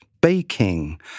baking